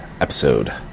episode